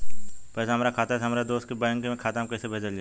पैसा हमरा खाता से हमारे दोसर बैंक के खाता मे कैसे भेजल जायी?